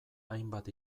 hainbat